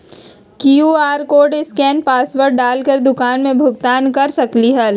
QR code scan password डाल कर दुकान में भुगतान कर सकलीहल?